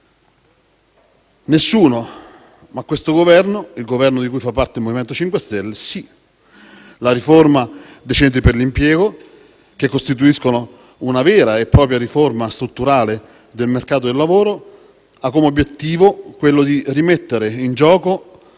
Nessuno; ma questo Governo, il Governo di cui fa parte il MoVimento 5 Stelle, sì. La riforma dei centri per l'impiego, che costituisce una vera e propria riforma strutturale del mercato del lavoro, ha come obiettivo quello di rimettere in gioco